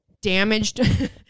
damaged